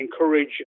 encourage